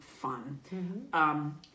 fun